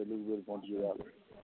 चलू ई बेर भोँट गिरा लेब